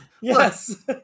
yes